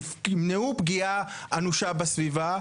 שימנעו פגיעה אנושה בסביבה,